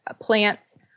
plants